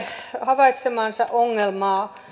havaitsemaansa ongelmaa